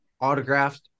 autographed